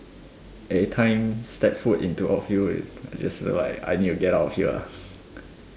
every time step foot into outfield is just like I need to get out of here lah